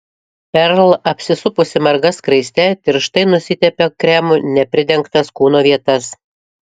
perl apsisupusi marga skraiste tirštai nusitepė kremu nepridengtas kūno vietas